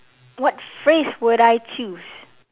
what phrase would I choose